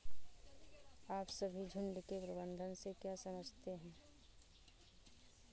आप सभी झुंड के प्रबंधन से क्या समझते हैं?